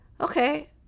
okay